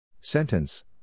Sentence